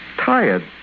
Tired